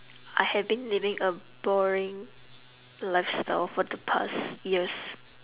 I have been living a boring lifestyle for the past years